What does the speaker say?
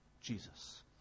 Jesus